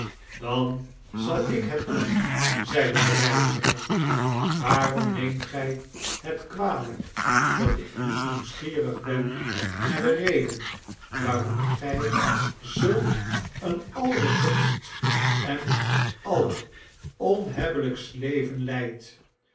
dan zal ik het doen zeide de reiziger waarom neemt gy het kwalyk dat ik niet nieuwsgierig ben naar de reden waarom gy zulk een allerzotst en alleronhebbelijkst leven leidt